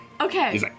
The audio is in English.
Okay